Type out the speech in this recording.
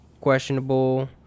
questionable